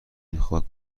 میخواد